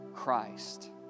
Christ